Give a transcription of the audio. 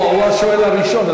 הוא השואל הראשון,